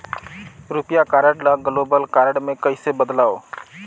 रुपिया कारड ल global card मे कइसे बदलव?